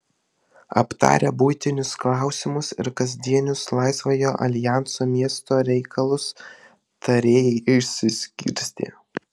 aptarę buitinius klausimus ir kasdienius laisvojo aljanso miesto reikalus tarėjai išsiskirstė